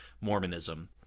Mormonism